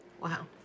Wow